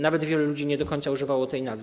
Nawet wielu ludzi nie do końca używało tej nazwy.